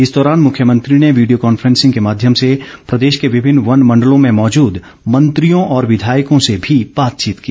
इस दौरान मुख्यमंत्री ने वीडियो कांफ्रेंसिंग के माध्यम से प्रदेश के विभिन्न वन मण्डलों में मौजूद मंत्रियों और विधायकों से भी बातचीत की